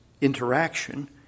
interaction